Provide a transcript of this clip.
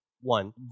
One